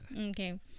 Okay